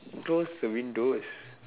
close the windows